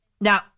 Now